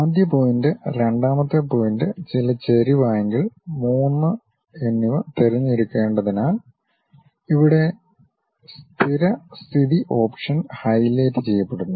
ആദ്യ പോയിന്റ് രണ്ടാമത്തെ പോയിന്റ് ചില ചെരിവ് ആംഗിൾ 3 എന്നിവ തിരഞ്ഞെടുക്കേണ്ടതിനാൽ ഇവിടെ സ്ഥിരസ്ഥിതി ഓപ്ഷൻ ഹൈലൈറ്റ് ചെയ്യപ്പെടുന്നു